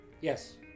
yes